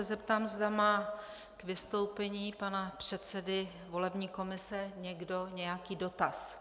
Zeptám se, zda má k vystoupení pana předsedy volební komise někdo nějaký dotaz.